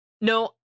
No